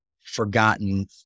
forgotten